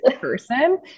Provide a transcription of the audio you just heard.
person